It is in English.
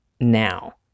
Now